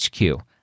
HQ